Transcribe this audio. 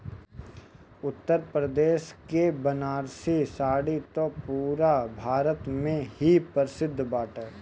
उत्तरप्रदेश के बनारसी साड़ी त पुरा भारत में ही प्रसिद्ध बाटे